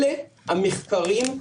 אלה המחקרים.